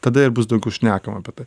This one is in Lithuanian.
tada ir bus daugiau šnekama apie tai